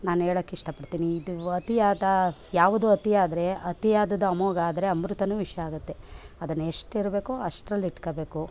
ನಾನು ಹೇಳೋಕೆ ಇಷ್ಟಪಡ್ತೀನಿ ಇದು ಅತಿಯಾದ ಯಾವುದು ಅತಿಯಾದರೆ ಅತಿಯಾದದ್ದು ಅಮೋಘ ಆದರೆ ಅಮೃತವೂ ವಿಷ ಆಗುತ್ತೆ ಅದನ್ನ ಎಷ್ಟು ಇರಬೇಕೋ ಅಷ್ಟ್ರಲ್ಲಿ ಇಟ್ಕೊಳ್ಬೇಕು